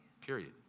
Period